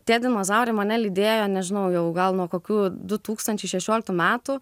tie dinozaurai mane lydėjo nežinau jau gal nuo kokių du tūkstančiai šešioliktų metų